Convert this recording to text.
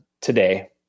today